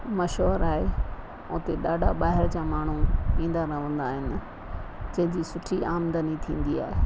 मशहूरु आहे उते ॾाढा ॿाहिरि जा माण्हू ईंदा रहंदा आहिनि जंहिंजी सुठी आमदनी थींदी आहे